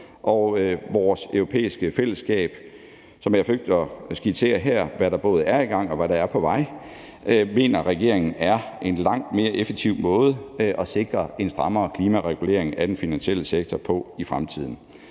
og vores europæiske fællesskab, og som jeg her har forsøgt at skitsere det, altså hvad der er i gang, og hvad der er på vej, mener regeringen, at det er en langt mere effektiv måde at sikre en strammere klimaregulering af den finansielle sektor på i fremtiden.